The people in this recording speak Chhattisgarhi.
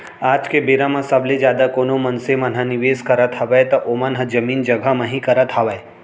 आज के बेरा म सबले जादा कोनो मनसे मन ह निवेस करत हावय त ओमन ह जमीन जघा म ही करत हावय